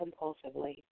compulsively